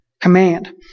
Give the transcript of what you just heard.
command